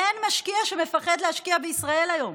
אין משקיע שמפחד להשקיע בישראל היום,